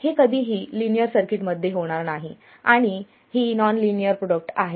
हे कधीही लिनियर सर्किटमध्ये होणार नाही आणि ही नॉन लिनियर प्रोडक्ट आहेत